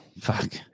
fuck